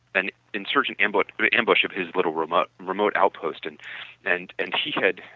an insurgent ambush but ambush of his little remote remote outpost and and and he had